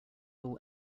all